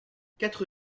quatre